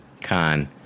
Khan